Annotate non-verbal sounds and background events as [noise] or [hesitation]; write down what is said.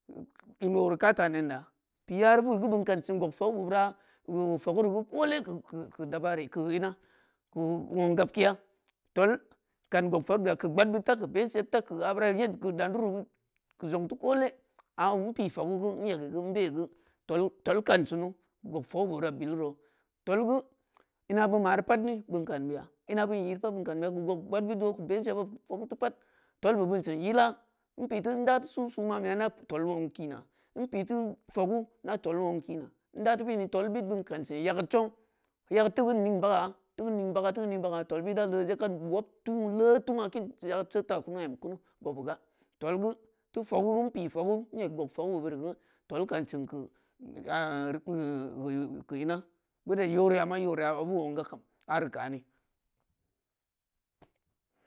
In ori kah ta nenna pi ari geu beu kan si gog fogeu be beura gu fogeuru kole keu dabara keu-keu dabare keu ina keu wong gab keya tool kan gog fogeubeya keu gbaad bud ta keu bensiyebta keu a bura yed keu dandururi zong teu kole a wuin pi’i fogu geu in egi geu in bei geu tool tool kan suni keu gog fogu begura beliru tool geu ina beun mari pat ne bin kan beuya ina beun yiri pat ne bin kan beuya ina beun yiri pat beun kan beuya keu gog gbaad buddo keu bensi yebba keu fogeu teu pat tool beube sin yila in pi teu nda teu susu man bey aida tool wong kina ida ten beni tool bid bein kansi yagad song yagad teu kein ing baga-teu kein ning baga-teu kein ning baga tool bid da leeje kad wob uu leeh tung’a kein yagad sed tah ku bobeu ga tool geu teu fogu in pi’i fogu i eg gog fogeu be beurii geu tool kansin keu [hesitation] keu ina beu ded yaure ama yeurey’a abube wong ga kam ari kani [noise]